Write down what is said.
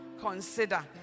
consider